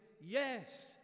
yes